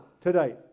today